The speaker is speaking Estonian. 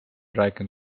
rääkinud